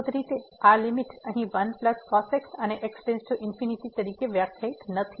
તેથી મૂળભૂત રીતે આ લીમીટ અહીં 1cos x અને x→∞ તરીકે વ્યાખ્યાયિત નથી